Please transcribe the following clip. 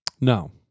No